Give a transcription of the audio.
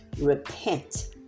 Repent